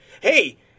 Hey